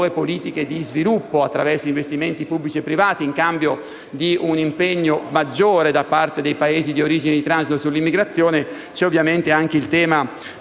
politiche di sviluppo attraverso investimenti pubblici e privati in cambio di un impegno maggiore da parte dei Paesi di origine e di transito sull'immigrazione, c'è ovviamente anche il tema